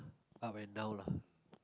up and down lah